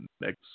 next